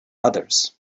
others